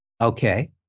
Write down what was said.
Okay